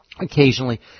Occasionally